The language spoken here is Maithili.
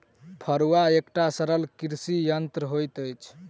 फड़ुआ एकटा सरल कृषि यंत्र होइत अछि